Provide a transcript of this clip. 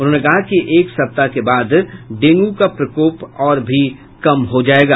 उन्होंने कहा कि एक सप्ताह के बाद डेंगू का प्रकोप और भी कम हो जायेगा